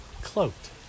cloaked